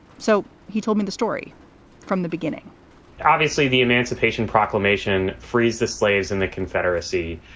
so he told me the story from the beginning obviously, the emancipation proclamation frees the slaves and the confederacy.